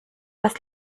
das